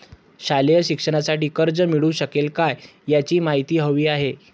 शालेय शिक्षणासाठी कर्ज मिळू शकेल काय? याची माहिती हवी आहे